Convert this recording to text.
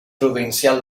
provincial